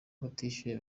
batishyuye